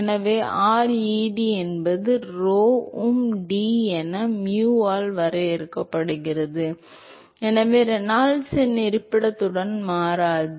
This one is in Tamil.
எனவே Red என்பது rho um D என mu ஆல் வரையறுக்கப்படுகிறது எனவே Reynolds எண் இருப்பிடத்துடன் மாறாது